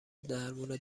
درمون